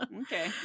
Okay